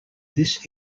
this